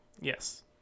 Yes